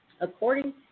According